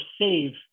save